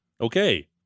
Okay